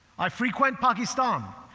i frequent pakistan.